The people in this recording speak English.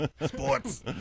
Sports